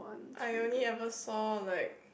I only ever saw like